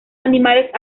animales